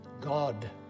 God